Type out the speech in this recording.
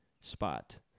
spot